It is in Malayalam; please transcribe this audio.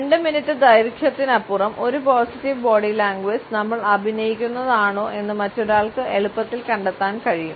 2 മിനിറ്റ് ദൈർഘ്യത്തിനപ്പുറം ഒരു പോസിറ്റീവ് ബോഡി ലാംഗ്വേജ് നമ്മൾ അഭിനയിക്കുന്നതാണോ എന്ന് മറ്റൊരാൾക്ക് എളുപ്പത്തിൽ കണ്ടെത്താൻ കഴിയും